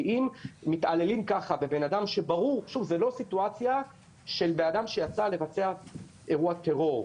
כי אם מתעללים כך באדם שברור שהוא לא יצא לבצע אירוע טרור.